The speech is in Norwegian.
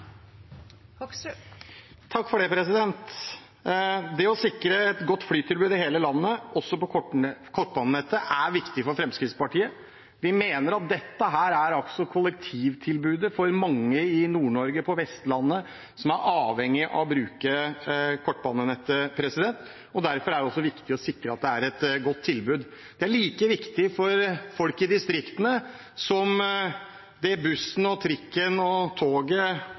Det å sikre et godt flytilbud i hele landet, også på kortbanenettet, er viktig for Fremskrittspartiet. Vi mener at dette altså er kollektivtilbudet for mange i Nord-Norge og på Vestlandet som er avhengige av å bruke kortbanenettet. Derfor er det også viktig å sikre at det er et godt tilbud. Det er like viktig for folk i distriktene som det bussen, trikken, toget og